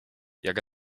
jak